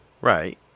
Right